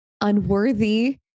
unworthy